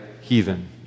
heathen